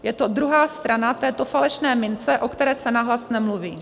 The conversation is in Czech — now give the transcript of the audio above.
Je to druhá strana této falešné mince, o které se nahlas nemluví.